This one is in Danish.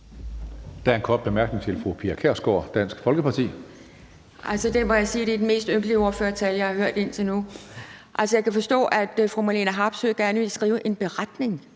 Der er en kort bemærkning til fru Pia Kjærsgaard, Dansk Folkeparti. Kl. 20:00 Pia Kjærsgaard (DF): Det må jeg sige er den mest ynkelige ordførertale, jeg har hørt indtil nu. Jeg kan forstå, at fru Marlene Harpsøe gerne vil skrive en beretning